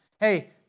Hey